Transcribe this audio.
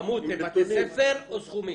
כמות בתי ספר או סכומים?